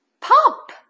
Pop